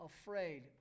afraid